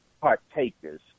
partakers